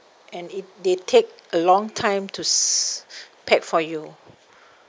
and it they take a long time to s~ pack for you